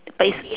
but it's